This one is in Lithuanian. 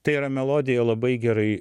tai yra melodija labai gerai